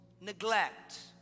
neglect